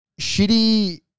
shitty